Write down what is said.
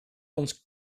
ons